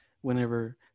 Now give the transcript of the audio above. whenever